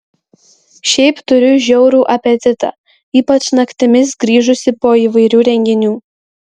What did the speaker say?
šiaip turiu žiaurų apetitą ypač naktimis grįžusi po įvairių renginių